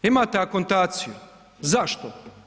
Imate akontaciju, zašto?